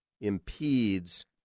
impedes